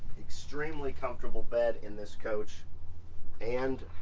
extremely comfortable bed in this coach and